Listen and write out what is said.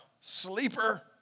sleeper